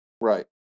right